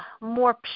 more